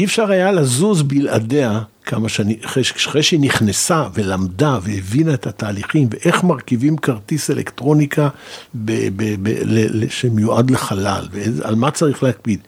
אי אפשר היה לזוז בלעדיה כמה שנים אחרי שהיא נכנסה ולמדה והבינה את התהליכים ואיך מרכיבים כרטיס אלקטרוניקה שמיועד לחלל ועל מה צריך להקפיד.